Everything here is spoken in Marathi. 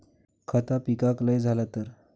खता पिकाक लय झाला तर?